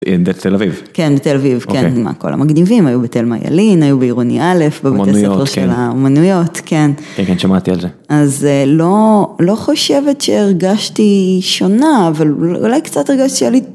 תל אביב. כן, תל אביב, כן, עם הכל המגניבים, היו בתלמה ילין, היו בעירוני א', בבית הספר של האומנויות, כן. כן, כן, שמעתי על זה. אז לא חושבת שהרגשתי שונה, אבל אולי קצת הרגשתי שאני...